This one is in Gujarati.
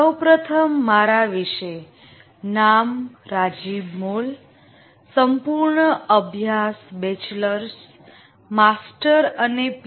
સૌપ્રથમ મારા વિશે નામ રાજીબ મોલ સંપૂર્ણ અભ્યાસ બેચલર્સ માસ્ટર અને પી